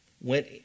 went